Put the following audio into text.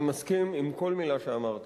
אני מסכים עם כל מלה שאמרת,